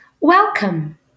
welcome